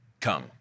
come